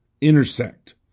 intersect